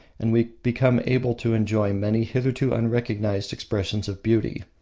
and we become able to enjoy many hitherto unrecognised expressions of beauty.